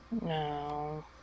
No